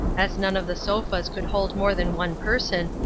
as none of the sofas could hold more than one person,